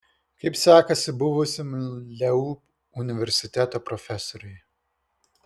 kaip sekasi buvusiam leu universiteto profesoriui